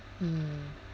mm